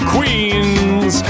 Queens